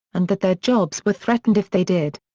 and that their jobs were threatened if they did.